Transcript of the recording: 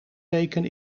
weken